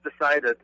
decided